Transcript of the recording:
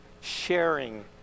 sharing